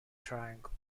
triangle